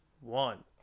one